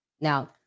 now